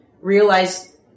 realize